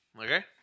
Okay